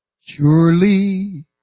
surely